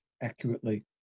accurately